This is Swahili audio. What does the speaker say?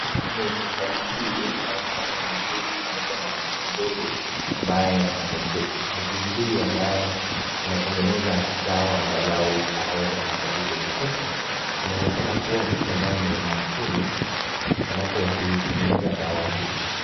Kwenye hospitali hii anaonekana muuguzi pamoja na mtoto mdogo ambaye ameketi, muuguzi huyu ambaye anatengeneza dawa angalau akaweza kumkabidhi mtoto anaonekana kuwa mtu amabye ni wa umakini anapoitengeneza dawa hii.